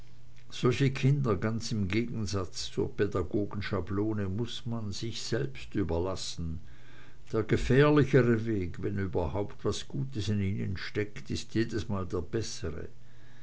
solche kinder ganz im gegensatz zur pädagogenschablone muß man sich selbst überlassen der gefährlichere weg wenn überhaupt was gutes in ihnen steckt ist jedesmal der bessere